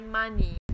money